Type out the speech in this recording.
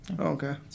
okay